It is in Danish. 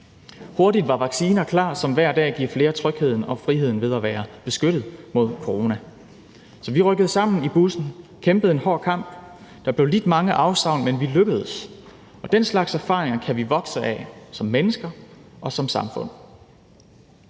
Hurtigt var vacciner klar, som hver dag giver flere trygheden og friheden ved at være beskyttet mod corona. Så vi rykkede sammen i bussen, kæmpede en hård kamp. Der blev lidt mange afsavn, men vi lykkedes. Og den slags erfaringer kan vi vokse af som mennesker og som samfund.